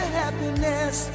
happiness